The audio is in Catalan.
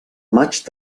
maig